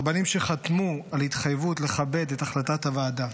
רבנים שחתמו על התחייבות לכבד את החלטת הוועדה,